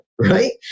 right